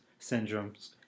syndromes